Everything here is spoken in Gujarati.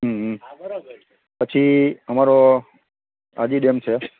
હં હં હા બરોબર છે પછી અમારો હાજી ડેમ છે